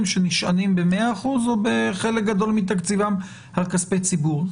שנשענים במאה אחוזים או בחלק גדול מתקציבם על כספי ציבור.